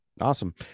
Awesome